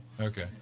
Okay